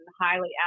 highly